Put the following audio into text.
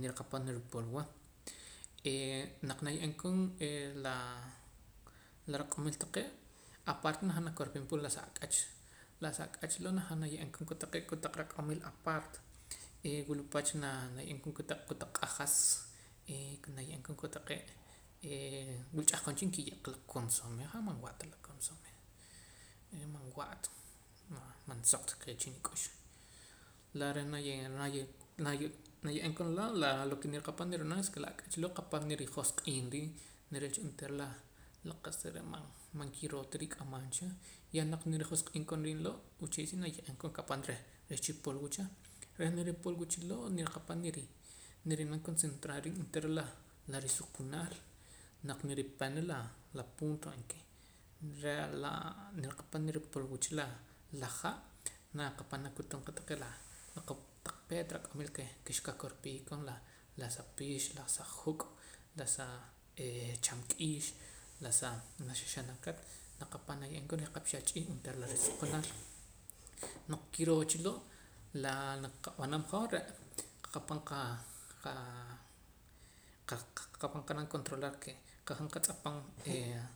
niriqapan niripulwa naq naye'eem koon laa la riq'omil taqee' aparta najaam nakorpiim pa la sa ak'ach la sa ak'ach loo' najaam naye'eem koon kotaq taqee' taq riq'omil apaarta e wulpach na naye'eem koon kotaq kotaq q'ajas naye'eem koon taqee' wula ch'ahqon cha nkiye'qa la consome han man wa'ta la consome en man wa'ta man soq ta nqee chii' nik'ux la reh naye'eem koon laa' la lo ke niriqapam niri'nam es ke la ak'ach loo' qapam nirijosq'iim riib' nirilicha onteera laa la qa'sa re' man man kiroo ta rik'amam cha yah naq rijosq'iim koon riib' loo' wuche' si ye'eem koon qapam reh reh chipulwu cha reh niripulwucha loo' niriqappam niri niri'nam concentrar riib' onteera la la risuqunaal naq niripana la la punto en ke reh laa niriqapam niripulwa cha la ha' naqapam nakutum qa laa la peet raq'omil ke xqakorpii koon la la sa pix las juuk' la sa chamk'iix la sa naj sa xaxunakat naqapam naye'eem koon reh xiqap chalch'ii onteera la risuqunaal naq kiroo cha loo' la naq qab'anam hoj re' qa qapam qa qa'nam controlar ke qajaam qatz'apaam ee